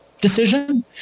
decision